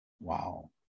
Wow